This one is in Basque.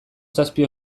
zazpi